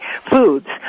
foods